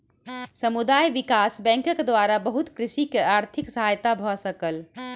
समुदाय विकास बैंकक द्वारा बहुत कृषक के आर्थिक सहायता भ सकल